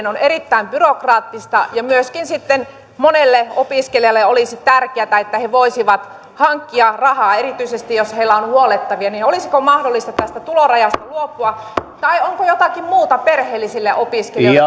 on erittäin byrokraattista ja myöskin sitten monelle opiskelijalle olisi tärkeätä että he he voisivat hankkia rahaa erityisesti jos heillä on huollettavia olisiko mahdollista tästä tulorajasta luopua tai onko jotakin muuta perheellisille opiskelijoille